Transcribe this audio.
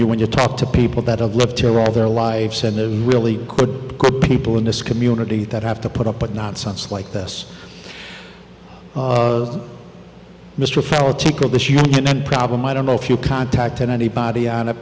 you when you talk to people that i've lived here all their lives and the really good people in this community that have to put up with nonsense like this mr fowler to call this your problem i don't know if you contacted anybody on it